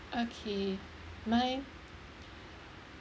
okay mine